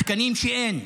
תקנים שאין,